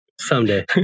Someday